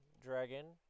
dragon